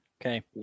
Okay